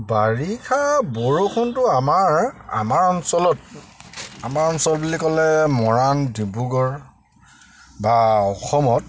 বাৰিষা বৰষুণটো আমাৰ আমাৰ অঞ্চলত আমাৰ অঞ্চল বুলি ক'লে মৰাণ ডিব্ৰুগড় বা অসমত